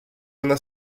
una